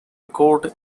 court